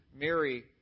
Mary